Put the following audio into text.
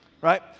Right